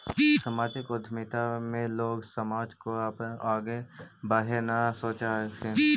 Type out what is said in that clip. सामाजिक उद्यमिता में लोग समाज को आगे बढ़े ला सोचा हथीन